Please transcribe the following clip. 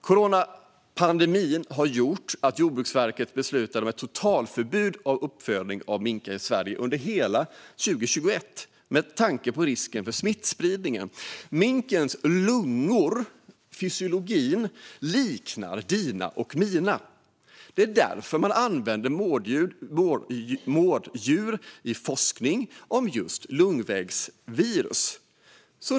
Coronapandemin gjorde att Jordbruksverket beslutade om ett totalförbud mot uppfödning av minkar i Sverige under hela 2021, med tanke på risken för smittspridning. Minkens lungor liknar fysiologiskt dina och mina; det är därför man använder mårddjur i forskning om just luftvägsvirus.